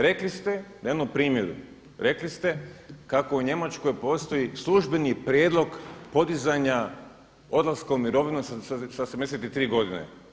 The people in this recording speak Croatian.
Rekli ste na jednom primjeru, rekli ste kako u Njemačkoj postoji službeni prijedlog podizanja odlaska u mirovinu sa 73 godine.